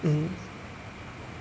mmhmm